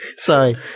Sorry